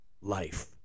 life